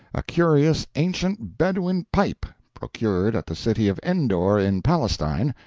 a curious ancient bedouin pipe, procured at the city of endor in palestine,